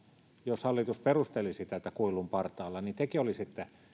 jos hallitus perustelisi tätä esitystä kuilun partaalla olemisella niin tekin olisitte